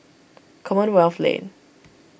Commonwealth Lane